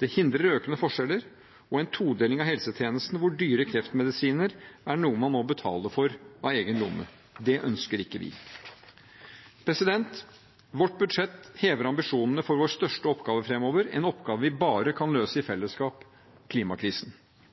Det hindrer økende forskjeller og en todeling av helsetjenesten, der dyre kreftmedisiner er noe man må betale for av egen lomme. Det ønsker ikke vi. Vårt budsjett hever ambisjonene for vår største oppgave framover – en oppgave vi bare kan løse i fellesskap: klimakrisen.